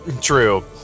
True